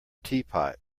teapot